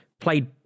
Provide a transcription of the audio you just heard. played